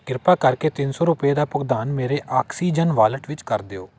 ਕਿਰਪਾ ਕਰਕੇ ਤਿੰਨ ਰੁਪਏ ਦਾ ਭੁਗਤਾਨ ਮੇਰੇ ਆਕਸੀਜਨ ਵਾਲਟ ਵਿੱਚ ਕਰ ਦਿਓ